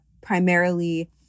primarily